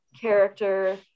character